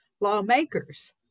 Lawmakers